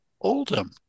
Oldham